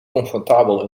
comfortabel